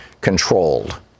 controlled